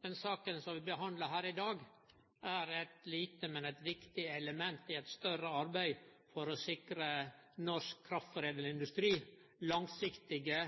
Den saka som vi behandlar her i dag, er eit lite, men viktig element i eit større arbeid for å sikre norsk kraftforedlande industri langsiktige,